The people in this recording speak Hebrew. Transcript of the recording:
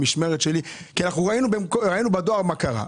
הכנסת במשך שנים רבות דנה עם ועדת הכלכלה,